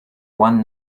one